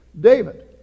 David